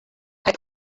kaj